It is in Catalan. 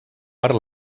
per